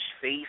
face